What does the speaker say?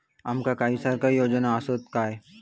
आमका काही सरकारी योजना आसत काय?